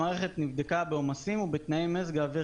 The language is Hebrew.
המערכת נבדקה בעומסים ובתנאי מזג אוויר